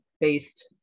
based